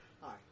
hi